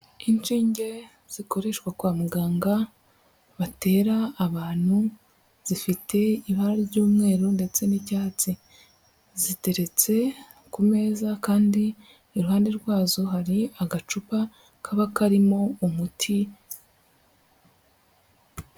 Inshinge zikoreshwa kwa muganga batera abantu zifite ibara ry'umweru ndetse n'icyatsi, ziteretse ku meza kandi iruhande rwazo hari agacupa kaba karimo umuti...